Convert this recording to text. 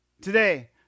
Today